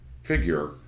figure